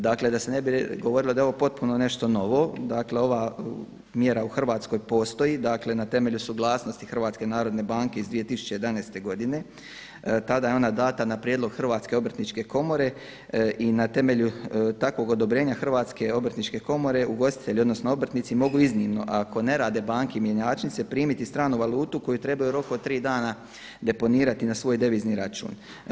Dakle, da se ne bi govorilo da je ovo potpuno nešto novo, dakle ova mjera u Hrvatskoj postoji na temelju suglasnosti HNB-a iz 2011. godine, tada je ona dana na prijedlog Hrvatske obrtničke komore i na temelju takvog odobrenja HOK-a ugostitelji odnosno obrtnici mogu iznimno, ako ne rade banke i mjenjačnice primiti stranu valutu koju trebaju u roku od tri dana deponirati na svoj devizni račun.